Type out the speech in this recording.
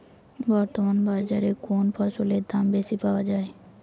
বর্তমান বাজারে কোন ফসলের দাম বেশি পাওয়া য়ায়?